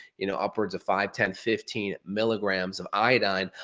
you know, upwards of five, ten, fifteen milligrams of iodine,